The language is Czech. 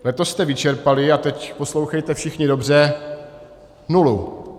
Letos jste vyčerpali a teď poslouchejte všichni dobře nulu!